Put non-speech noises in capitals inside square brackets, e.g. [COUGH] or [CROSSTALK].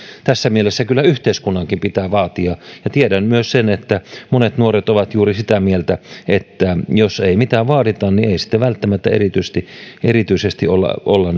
tässä mielessä kyllä yhteiskunnankin pitää vaatia ja tiedän myös sen että monet nuoret ovat juuri sitä mieltä että jos ei mitään vaadita niin ei sitten välttämättä erityisesti erityisesti olla olla [UNINTELLIGIBLE]